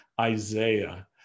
Isaiah